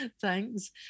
thanks